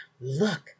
look